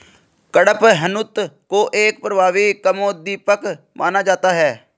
कडपहनुत को एक प्रभावी कामोद्दीपक माना जाता है